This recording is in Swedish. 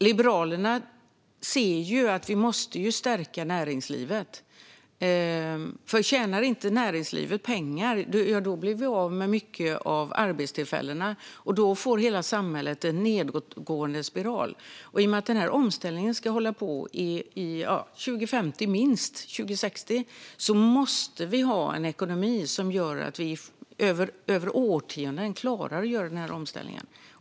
Liberalerna ser att vi måste stärka näringslivet, för om inte näringslivet tjänar pengar blir vi av med mycket av arbetstillfällena, och då hamnar hela samhället i en nedåtgående spiral. Och i och med att omställningen ska hålla på till minst 2050 eller 2060 måste vi ha en ekonomi som gör att vi klarar det över årtionden.